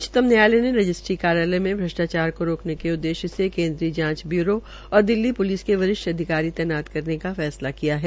उच्चतम न्यायालय ने रजिस्ट्री कार्यालय में श्रष्टाचार को रोकने के उददेश्य से केन्दीय जांच ब्यूरो सीबीआई और दिल्ली ्लिस के वरिष्ठ अधिकारी तैनात करने का फैसला किया है